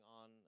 on